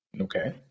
Okay